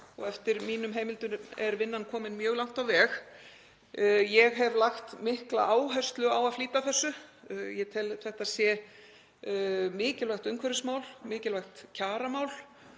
en eftir mínum heimildum er vinnan komin mjög langt á veg. Ég hef lagt mikla áherslu á að flýta þessu. Ég tel að þetta sé mikilvægt umhverfismál, mikilvægt kjaramál